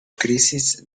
crisis